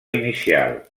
inicial